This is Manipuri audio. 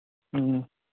ꯎꯝ